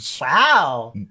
Wow